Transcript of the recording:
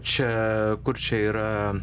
čia kur čia yra